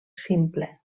simple